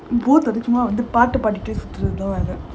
both பாட்டு பாடிகிட்டே சுத்துறது:paatu paadikittae suthurathu